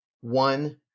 one